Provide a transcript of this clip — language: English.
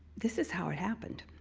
this is how it happened.